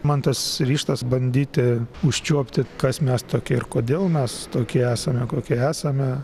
man tas ryžtas bandyti užčiuopti kas mes tokie ir kodėl mes tokie esame kokie esame